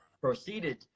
proceeded